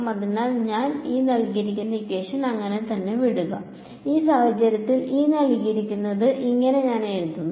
അതിനാൽ ഞാൻ അങ്ങനെ തന്നെ വിടുക ഈ സാഹചര്യത്തിൽ എന്ന് എഴുതാം